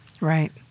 Right